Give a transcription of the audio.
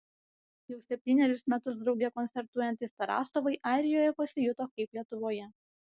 jau septynerius metus drauge koncertuojantys tarasovai airijoje pasijuto kaip lietuvoje